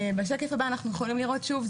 בשקף הבא אנחנו יכולים לראות שוב,